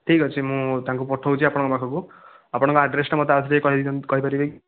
ଠିକ୍ ଅଛି ମୁଁ ତାଙ୍କୁ ପଠଉଛି ଆପଣଙ୍କ ପାଖକୁ ଆପଣଙ୍କ ଆଡ୍ରେସଟା ମୋତେ ଆଉଥରେ ଟିକେ କହିଦିଅନ୍ତୁ କହିପରିବେକି